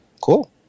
cool